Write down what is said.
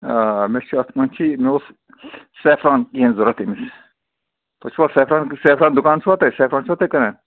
آ مےٚ چھُ اتھ منٛز چھُ مےٚ اوس سیفران کَینٛہہ ضوٚرَتھ تٔمِس تُہۍ چھُوا سیفران سیفران دُکان چھُوا تۄہہِ سیفران چھِوا تُہۍ کٕنان